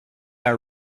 are